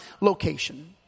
location